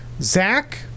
zach